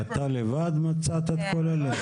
אתה לבד מצאת את כל אלה?